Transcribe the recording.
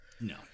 No